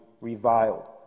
reviled